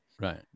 Right